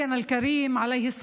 (אומרת בערבית